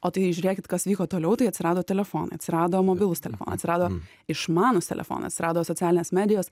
o tai žiūrėkit kas vyko toliau tai atsirado telefonai atsirado mobilūs telefonai atsirado išmanūs telefonai atsirado socialinės medijos